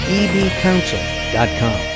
ebcouncil.com